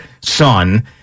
son